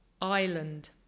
island